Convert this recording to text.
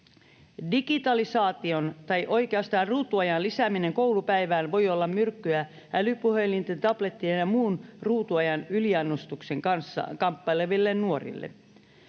Digitalisaation, tai oikeastaan ruutuajan, lisääminen koulupäivään voi olla myrkkyä älypuhelinten, tablettien ja muun ruutuajan yliannostuksen kanssa kamppaileville nuorille.